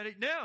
Now